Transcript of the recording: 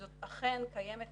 אכן קיימת